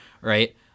Right